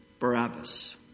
Barabbas